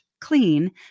clean